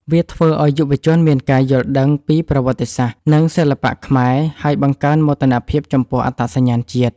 វាធ្វើឲ្យយុវជនមានការយល់ដឹងពីប្រវត្តិសាស្ត្រ និងសិល្បៈខ្មែរ ហើយបង្កើនមោទនភាពចំពោះអត្តសញ្ញាណជាតិ។